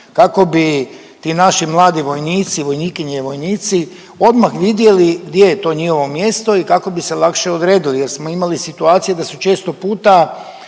kako bi ti naši mladi vojnici, vojnikinje i vojnici odmah vidjeli gdje je to njihovo mjesto i kako bi se lakše odredili jer smo imali situacija da su često puta